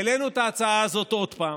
העלינו את ההצעה הזאת עוד פעם